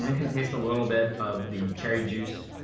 um and can taste a little bit of the cherry juice